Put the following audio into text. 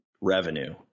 revenue